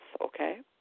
okay